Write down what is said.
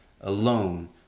alone